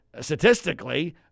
statistically